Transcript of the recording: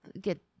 get